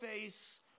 face